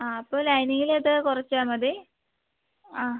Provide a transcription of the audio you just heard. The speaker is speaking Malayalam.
ആ അപ്പോൾ ലൈനിങ്ങിൽ അത് കുറച്ചാൽ മതി ആ